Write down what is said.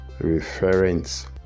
reference